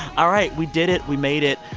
all right, we did it. we made it.